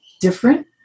different